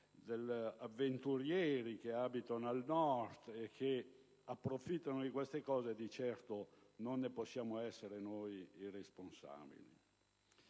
sono avventurieri che abitano al Nord e che approfittano di tali situazioni, di certo non ne possiamo essere noi i responsabili.